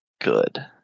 good